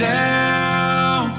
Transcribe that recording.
down